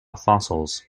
fossils